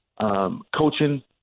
coaching